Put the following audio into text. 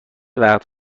وقت